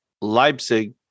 Leipzig